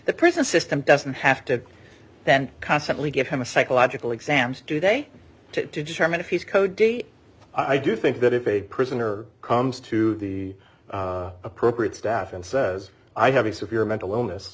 the prison system doesn't have to then constantly give him a psychological exams today to determine if he's co d i do think that if a prisoner comes to the appropriate staff and says i have a severe mental illness